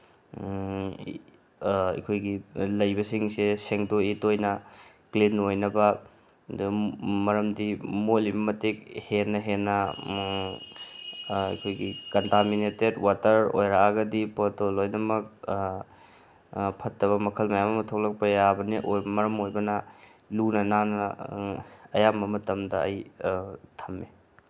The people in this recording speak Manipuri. ꯑꯩꯈꯣꯏꯒꯤ ꯂꯩꯕꯁꯤꯡꯁꯦ ꯁꯦꯗꯣꯛꯏ ꯇꯣꯏꯅ ꯀ꯭ꯂꯤꯟ ꯑꯣꯏꯅꯕ ꯑꯗꯨꯝ ꯃꯔꯝꯗꯤ ꯃꯣꯠꯂꯤꯕ ꯃꯇꯤꯛ ꯍꯦꯟꯅ ꯍꯦꯟꯅ ꯑꯩꯈꯣꯏꯒꯤ ꯀꯟꯇꯥꯃꯤꯅꯦꯇꯦꯠ ꯋꯥꯇꯔ ꯑꯣꯏꯔꯛꯑꯒꯗꯤ ꯄꯣꯠꯇꯣ ꯂꯣꯏꯅꯃꯛ ꯐꯠꯇꯕ ꯃꯈꯜ ꯃꯌꯥꯝ ꯑꯃ ꯊꯣꯛꯂꯛꯄ ꯌꯥꯕꯅꯤ ꯃꯔꯝ ꯑꯣꯏꯔꯒꯅ ꯂꯨꯅ ꯅꯥꯟꯅ ꯑꯌꯥꯝꯕ ꯃꯇꯝ ꯑꯩ ꯊꯝꯃꯤ